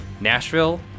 Nashville